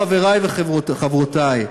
חברי וחברותי,